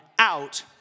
Out